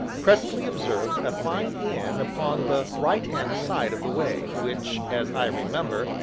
presently observed a fine inn upon the right-hand side of the way, which, as i remember,